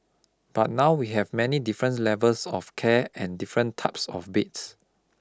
but now we have many different levels of care and different types of beds